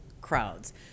crowds